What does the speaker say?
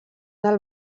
del